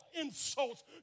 insults